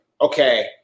okay